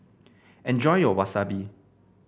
enjoy your Wasabi